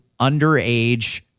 underage